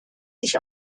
sich